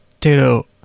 tato